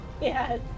Yes